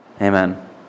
Amen